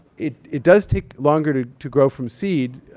it it does take longer to to grow from seed.